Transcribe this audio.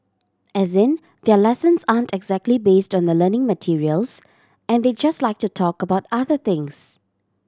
as in their lessons aren't exactly based on the learning materials and they just like to talk about other things